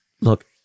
Look